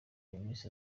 miss